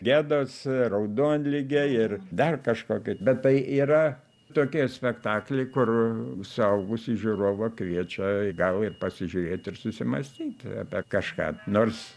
gedos raudonligė ir dar kažkokie bet tai yra tokie spektakliai kur suaugusį žiūrovą kviečia gal ir pasižiūrėt ir susimąstyt apie kažką nors